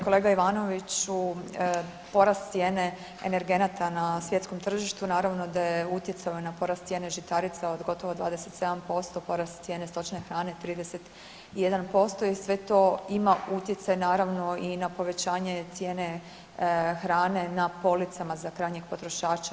Kolega Ivanoviću, porast cijene energenata na svjetskom tržištu naravno da je utjecalo i na porast cijene žitarica od gotovo 27%, porast cijene stočne hrane 31% i sve to ima utjecaj naravno i na povećanje cijene hrane na policama za krajnjeg potrošača.